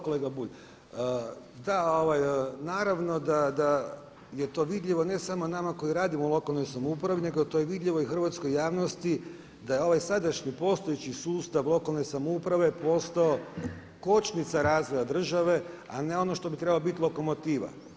Kolega Bulj, da, naravno da je to vidljivo ne samo nama koji radimo u lokalnoj samoupravi nego to je vidljivo i hrvatskoj javnosti da je ovaj sada postojeći sustav lokalne samouprave postao kočnica razvoja države a ne ono što bi trebala biti lokomotiva.